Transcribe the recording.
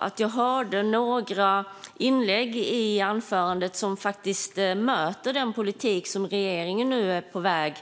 att jag hörde några saker i anförandet som möter den politik som regeringen är på väg